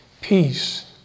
Peace